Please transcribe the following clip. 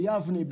ביבנה,